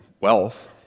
wealth